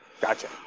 Gotcha